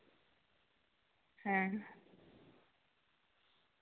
ᱦᱮᱸ